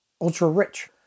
ultra-rich